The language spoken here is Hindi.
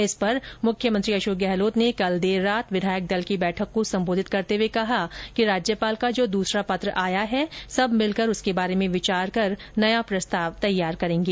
इस पर मुख्यमंत्री अशोक गहलोत ने कल देर रात विधायक दल की बैठक को संबोधित करते हए कहा कि राज्यपाल का जो दूसरा पत्र आया है सब मिलकर उसके बारे में विचार कर नया प्रस्ताव तैयार करेंगे